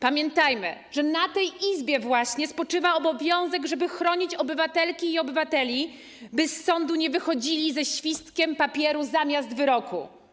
Pamiętajmy, że na tej Izbie właśnie spoczywa obowiązek, żeby chronić obywatelki i obywateli, by z sądu nie wychodzili ze świstkiem papieru zamiast wyroku.